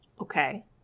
Okay